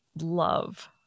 love